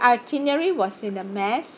the itinerary was in a mess